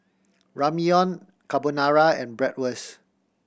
Ramyeon Carbonara and Bratwurst